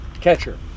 Catcher